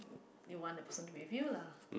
you want the person to be with you lah